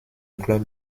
club